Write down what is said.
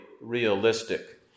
realistic